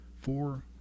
four